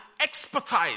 expertise